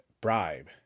bribe